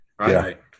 right